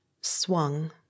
swung